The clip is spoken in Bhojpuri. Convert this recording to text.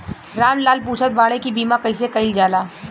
राम लाल पुछत बाड़े की बीमा कैसे कईल जाला?